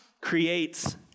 creates